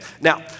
now